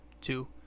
Two